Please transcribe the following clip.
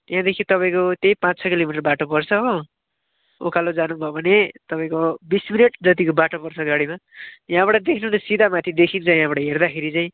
त्यहाँदेखि तपाईँको त्यही पाँच छ किलोमिटर बाटो पर्छ हो उकालो जानुभयो भने तपाईँको बिस मिनट जतिको बाटो पर्छ गाडीमा यहाँबाट देख्नु हो भने सिधा माथि देखिन्छ यहाँबाट हेर्दाखेरि चाहिँ